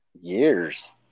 years